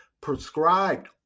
prescribed